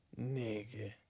nigga